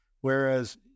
whereas